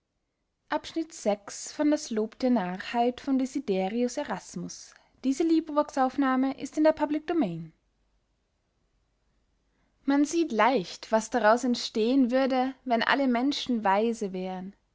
man sieht leicht was daraus entstehen würde wenn alle menschen weise wären